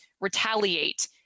retaliate